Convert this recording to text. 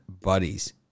Buddies